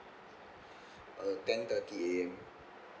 uh ten thirty A_M